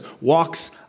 walks